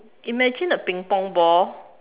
imagine a ping pong ball